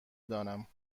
دانم